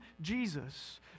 Jesus